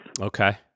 okay